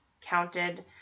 counted